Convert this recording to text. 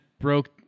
broke –